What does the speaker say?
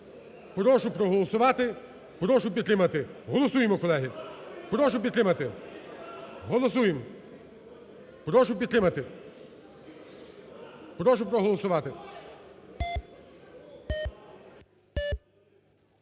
Голосуємо, колеги, прошу підтримати, голосуємо, колеги, прошу підтримати, голосуємо. Прошу підтримати, прошу проголосувати.